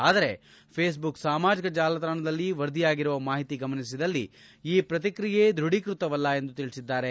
ಆದರೆ ಫೇಸ್ಬುಕ್ ಸಾಮಾಜಿಕ ಜಾಲತಾಣದಲ್ಲಿ ವರದಿಯಾಗಿರುವ ಮಾಹಿತಿ ಗಮನಿಸಿದಲ್ಲಿ ಈ ಪ್ರತಿಕ್ರಿಯೆ ದೃಢೀಕೃತವಲ್ಲ ಎಂದು ತಿಳಿಸಿದ್ದಾರೆ